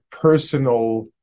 personal